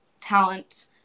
talent